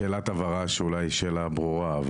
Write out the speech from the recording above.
שאלת הבהרה שאולי היא שאלה ברורה.